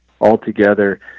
altogether